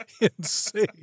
insane